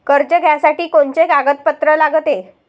कर्ज घ्यासाठी कोनचे कागदपत्र लागते?